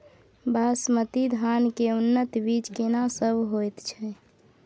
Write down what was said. बासमती धान के उन्नत बीज केना सब होयत छै?